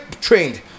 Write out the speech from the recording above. trained